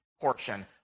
portion